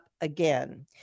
again